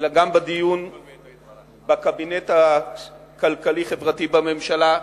אלא גם בדיון בקבינט הכלכלי-חברתי בממשלה,